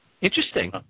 interesting